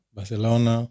Barcelona